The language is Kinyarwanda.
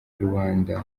rubanda